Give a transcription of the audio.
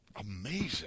Amazing